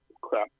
Crap